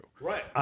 right